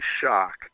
shock